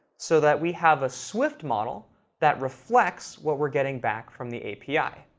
so that we have a swift model that reflects what we're getting back from the api.